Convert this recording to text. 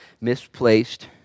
misplaced